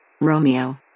Romeo